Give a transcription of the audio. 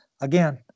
again